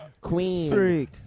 queen